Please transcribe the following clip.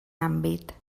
àmbit